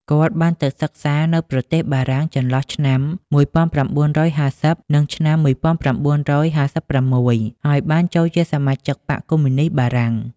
គាត់ បានទៅសិក្សានៅប្រទេសបារាំងចន្លោះឆ្នាំ១៩៥០ និងឆ្នាំ១៩៥៦ ហើយបានចូលជាសមាជិកបក្សកុម្មុយនីស្តបារាំង។